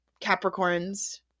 Capricorn's